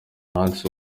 nanditse